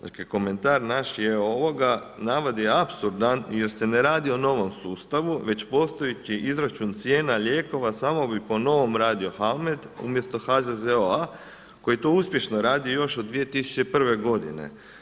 Dakle komentar naš je ovoga, navod je apsurdan jer se ne radi o novom sustavu, već postojeći izračun cijena lijekova samo bi po novom radio … umjesto HZZO-a koji to uspješno radi još od 2001. godine.